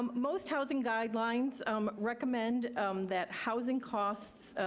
um most housing guidelines um recommend that housing costs